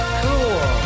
cool